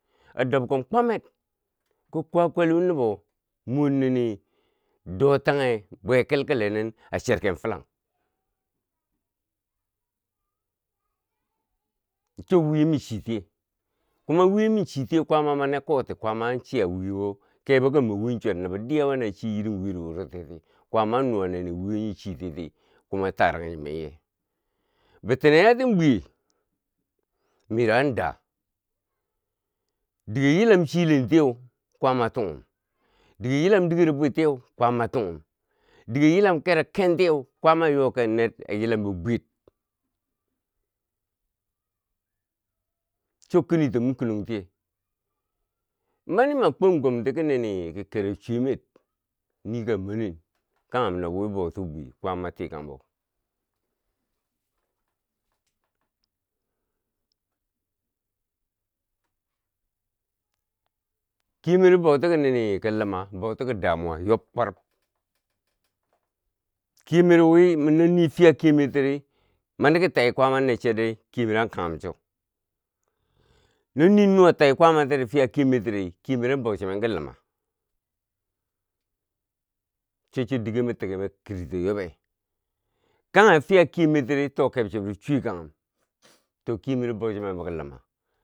A dobkom kwamer, ko kwa kuleu nobo mornini dotanghe bwe kelkelenin a cherken filang ncho wuyeu mi chitiye kuma weyemi chitiye kwaama mani koti kwaama an chiya weyewo kebo kamo win chwat nobo de yawane chi irin wiyero wuro tiyeti kwaama an nuwa nini wiye nyi chitiyeti kuma tarang kumenye tiye. Bitine a tan bwiye miro an da dige yilam chilen tiyeu kwaama tunghum, digeyilam digero bwettiyeu kwaama tunghum dige yilam kerokon tiyeu kwaama a yoken neer a yilam bi bweyet cho kinito mi kunon tiye, mani ma kwom komti ki nini, ki kero chwemer nii ka monin kanghem nob wii bwouti bwi kwaama tikangbo kemero bouti ke loma, bwouti ki da muwa yob kwa rub, ke mero wi no ni fiya kemero tiri maniki tai kwaama ner chet di kemero am ka ghum cho, noni nuwa tai kwaama ti fiya kemer tiri kemero an bwo chi nen ki loma chi chi dige ma tigi fo kiri to yobe, kaghe fiya kemer tiri to keb chebori chuwe kanghum to kemero bwo chinen bo ki luma.